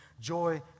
joy